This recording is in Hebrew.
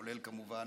כולל כמובן